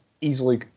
easily